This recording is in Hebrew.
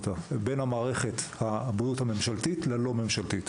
בין מערכת הבריאות הממשלתית ללא-ממשלתית.